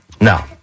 No